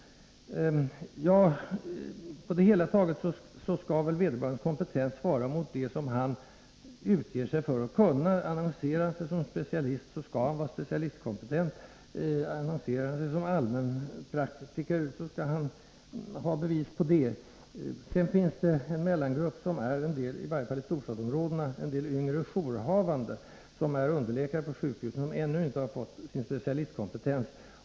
På det hela taget skall väl vederbörandes kompetens svara mot det som han utger sig för att kunna. Annonserar han sig som specialist, så skall han vara specialistkompetent. Annonserar han sig som allmänpraktiker, så skall han ha bevis på sin kompetens därvidlag. Sedan finns det en mellangrupp, i varje fall i storstadsområdena, bestående av en del yngre jourhavande som är underläkare på sjukhusen och som ännu inte fått sin specialistkompetens.